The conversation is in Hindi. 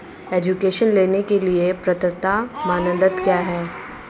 एजुकेशन लोंन के लिए पात्रता मानदंड क्या है?